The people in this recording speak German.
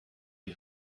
die